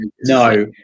no